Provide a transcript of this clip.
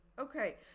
Okay